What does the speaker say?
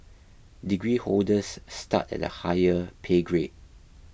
degree holders start at a higher pay grade